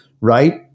right